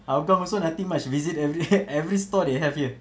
hougang also nothing much visit every every store they have here